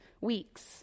weeks